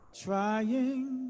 trying